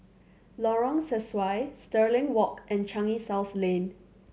Lorong Sesuai Stirling Walk and Changi South Lane